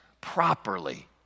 properly